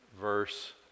verse